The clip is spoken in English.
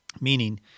meaning